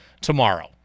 tomorrow